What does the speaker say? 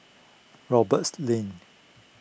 Roberts Lane